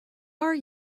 are